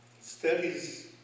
studies